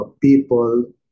people